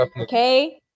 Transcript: Okay